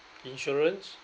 insurance